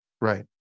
Right